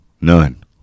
None